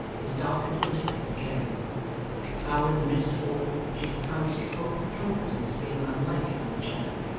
his darkened intellect began how, in the midst of all, she had found some hope and comfort in his being unlike another child,